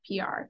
PR